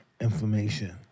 inflammation